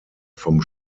vom